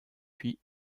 puis